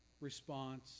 response